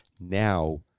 now